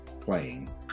playing